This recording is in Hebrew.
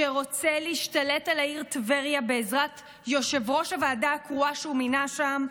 שרוצה להשתלט על העיר טבריה בעזרת יושב-ראש הוועדה הקרואה שהוא מינה שם,